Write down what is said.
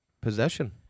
Possession